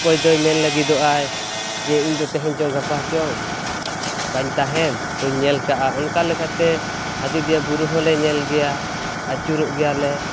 ᱚᱠᱚᱭᱫᱚᱭ ᱢᱮᱱ ᱞᱟᱜᱤᱫᱚᱼᱟᱭ ᱡᱮ ᱤᱧᱫᱚ ᱛᱮᱦᱮᱧᱝᱪᱚ ᱜᱟᱯᱟᱪᱚᱝ ᱵᱟᱧ ᱛᱟᱦᱮᱱ ᱛᱚ ᱧᱮᱞᱠᱟᱜᱼᱟ ᱚᱱᱠᱟ ᱞᱮᱠᱟᱛᱮ ᱟᱡᱳᱫᱤᱭᱟ ᱵᱩᱨᱩᱦᱚᱸ ᱞᱮ ᱧᱮᱞ ᱜᱮᱭᱟ ᱟᱹᱪᱩᱨᱚᱜ ᱜᱮᱭᱟᱞᱮ